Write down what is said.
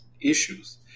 issues